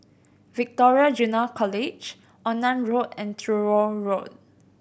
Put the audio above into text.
Victoria Junior College Onan Road and Truro Road